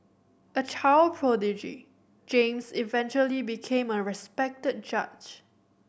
a child prodigy James eventually became a respected judge